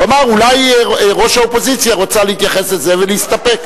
הוא אמר: אולי ראש האופוזיציה רוצה להתייחס לזה ולהסתפק,